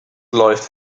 läuft